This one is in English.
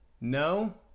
no